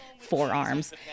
forearms